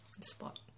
spot